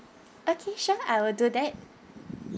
okay sure I will do that